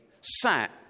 sat